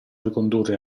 ricondurre